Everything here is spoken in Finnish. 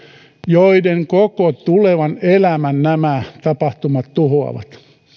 joiden koko tulevan elämän nämä tapahtumat tuhoavat